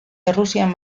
errusian